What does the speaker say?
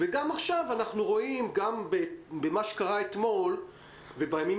אנחנו רואים גם במה שקרה אתמול ובימים